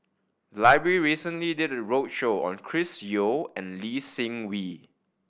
the library recently did a roadshow on Chris Yeo and Lee Seng Wee